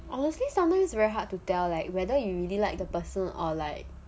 honestly sometimes very hard to tell leh like whether you really like the person or like